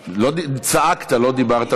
צעקת, לא דיברת.